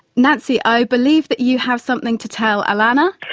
nancy, i believe that you have something to tell alana.